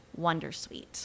wondersuite